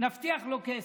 נבטיח לו כסף.